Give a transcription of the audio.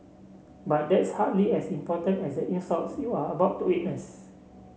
but that's hardly as important as the insults you are about to witness